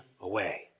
away